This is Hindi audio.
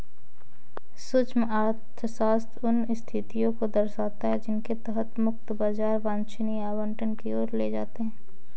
सूक्ष्म अर्थशास्त्र उन स्थितियों को दर्शाता है जिनके तहत मुक्त बाजार वांछनीय आवंटन की ओर ले जाते हैं